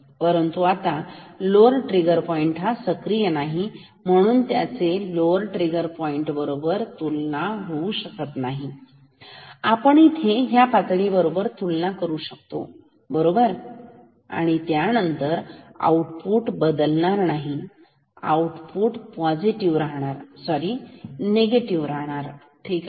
परंतु आता lower trigger point हा सक्रिय नाही म्हणून आपण त्याचे लोवर ट्रिगर पॉइंट बरोबर तुलना करू शकत नाही आपण इथे ह्या पातळी बरोबर तुलना करू शकतो बरोबर तर यानंतर आउटपुट बदलणार नाही आउटपुट हे पॉझिटिव्ह राहणार सॉरी निगेटिव्ह ठीक आहे